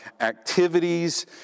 activities